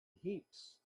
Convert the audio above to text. heaps